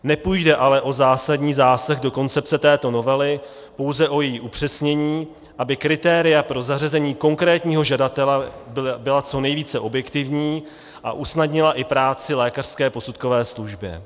Nepůjde ale o zásadní zásah do koncepce této novely, pouze o její upřesnění, aby kritéria pro zařazení konkrétního žadatele byla co nejvíce objektivní a usnadnila i práci lékařské posudkové službě.